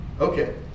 Okay